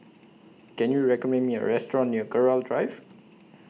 Can YOU recommend Me A Restaurant near Gerald Drive